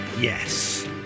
Yes